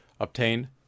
obtain